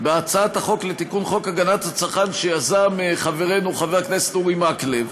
בהצעת חוק לתיקון חוק הגנת הצרכן שיזם חברנו חבר הכנסת מקלב,